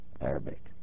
Arabic